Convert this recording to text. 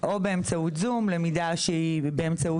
או באמצעות זום, למידה שהיא באמצעות אתר.